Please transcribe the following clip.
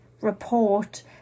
report